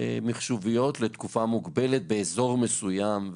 מחשוביות לתקופה מוגבלת באזור מסוים,